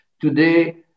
Today